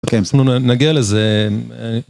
אוקיי, אצלנו נגיע לזה...